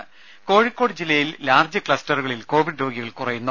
രുമ കോഴിക്കോട് ജില്ലയിൽ ലാർജ് ക്ലസ്റ്ററുകളിൽ കോവിഡ് രോഗികൾ കുറയുന്നു